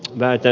väite